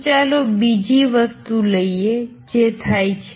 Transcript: તો ચાલો બીજી વસ્તુ લઈએ જે થાય છે